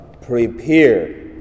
prepare